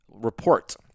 report